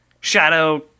Shadow